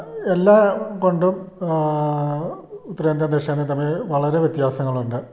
എല്ലാം കൊണ്ടും ഉത്തരേന്ത്യയും ദക്ഷിണേന്ത്യയും തമ്മിൽ വളരെ വ്യത്യാസങ്ങളുണ്ട്